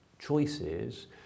choices